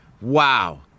Wow